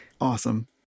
awesome